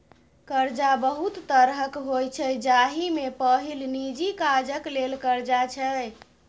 करजा बहुत तरहक होइ छै जाहि मे पहिल निजी काजक लेल करजा छै